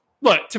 look